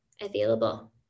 available